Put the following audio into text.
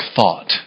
thought